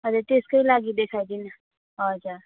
अन्त त्यसकै लागि देखाइदिनु न हजुर